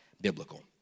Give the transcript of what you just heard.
biblical